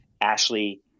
Ashley